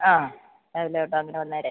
ആ രാവിലെ തൊട്ട് അങ്ങനെ വന്നേരെ